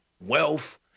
wealth